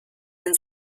den